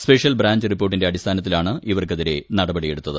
special branch റിപ്പോർട്ടിന്റെ അടിസ്ഥാനത്തിലാണ് ഇവർക്കെതിരെ നടപടി എടുത്തത്